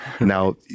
now